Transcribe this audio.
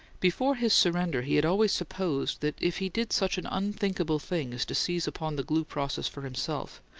before his surrender he had always supposed that if he did such an unthinkable thing as to seize upon the glue process for himself,